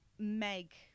Meg